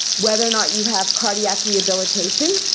whether or not you have cardiac rehabilitation.